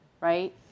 right